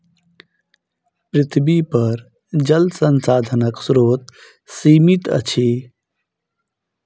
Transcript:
पृथ्वीपर जल संसाधनक स्रोत सीमित अछि